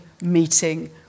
meeting